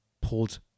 pulled